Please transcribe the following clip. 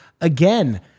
again